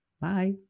Bye